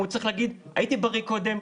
הוא צריך להגיד: הייתי בריא קודם,